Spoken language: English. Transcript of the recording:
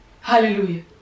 Hallelujah